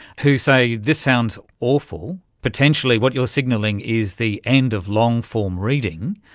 who say this sounds awful, potentially what you are signalling is the end of long form reading.